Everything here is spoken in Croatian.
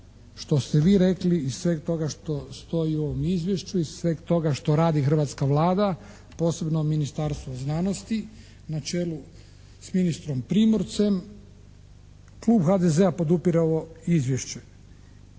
što ste vi rekli, iz sveg toga što stoji u ovom Izvješću, iz sveg toga što radi hrvatska Vlada, posebno Ministarstvo znanosti na čelu s ministrom Primorcem, Klub HDZ-a podupire ovo Izvješće.